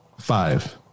five